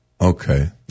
Okay